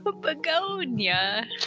Begonia